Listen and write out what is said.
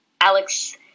Alex